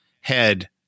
head